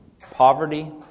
poverty